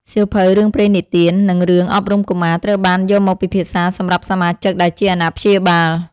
សៀវភៅរឿងព្រេងនិទាន និងរឿងអប់រំកុមារ ត្រូវបានយកមកពិភាក្សាសម្រាប់សមាជិកដែលជាអាណាព្យាបាល។